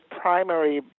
primary